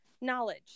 knowledge